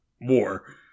war